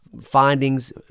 findings